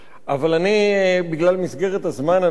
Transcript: אבל בגלל מסגרת הזמן הנוקשה,